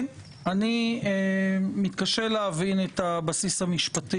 אני מתקשה להבין את הבסיס המשפטי.